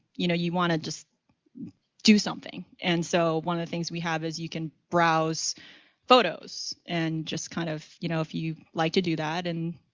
you know, you want to just do something. and so, one of the things we have is you can browse photos and just kind of, you know, if you like to do that and,